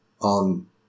on